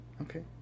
okay